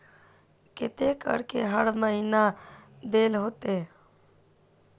केते करके हर महीना देल होते?